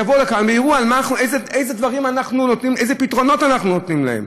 יבואו לכאן ויראו איזה פתרונות אנחנו נותנים להם.